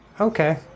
okay